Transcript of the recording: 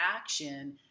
action